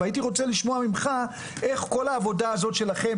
והייתי רוצה לשמוע ממך איך כל העבודה הזאת שלכם,